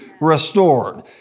restored